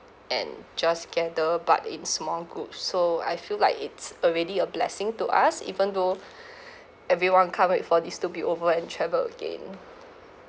and just gather but in small groups so I feel like it's already a blessing to us even though everyone can't wait for these to be over and travel again